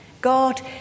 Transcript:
God